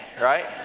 right